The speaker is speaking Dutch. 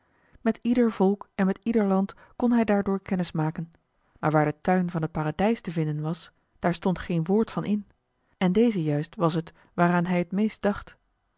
met ieder volk en met ieder land kon hij daardoor kennis maken maar waar de tuin van het paradijs te vinden was daar stond geen woord van in en deze juist was het waaraan hij het meest dacht